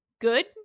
good